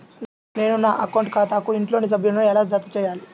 నేను నా అకౌంట్ ఖాతాకు ఇంట్లోని సభ్యులను ఎలా జతచేయాలి?